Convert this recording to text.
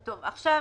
למעשה,